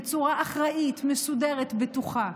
בצורה אחראית, מסודרת, בטוחה.